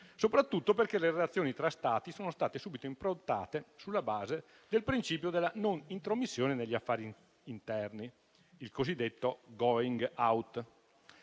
soprattutto perché le relazioni tra Stati sono state subito improntate sulla base del principio della non intromissione negli affari interni, il cosiddetto *going out*.